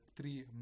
three